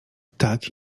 tak